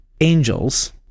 angels